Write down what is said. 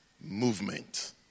movement